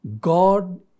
God